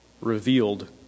revealed